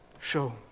show